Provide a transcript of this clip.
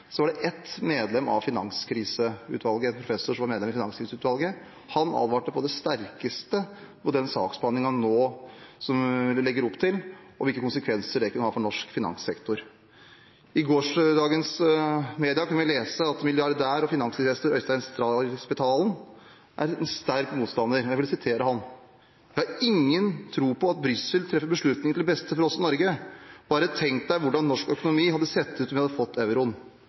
var det et medlem av Finanskriseutvalget – en professor som var medlem av Finanskriseutvalget – som på det sterkeste advarte mot den saksbehandlingen en nå legger opp til, og konsekvensene det kan ha for norsk finanssektor. I media i går kunne vi lese at milliardær og finansinvestor Øystein Stray Spetalen er en sterk motstander, og jeg vil sitere ham: «Jeg har ikke noen tro på at Brussel treffer beslutninger til det beste for oss i Norge. Bare tenk deg hvordan norsk økonomi hadde sett ut om vi hadde fått euroen.»